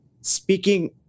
speaking